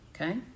Okay